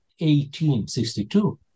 1862